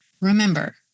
remember